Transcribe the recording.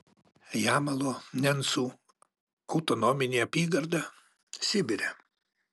jamalo nencų autonominė apygarda sibire